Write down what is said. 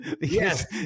Yes